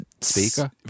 speaker